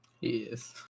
Yes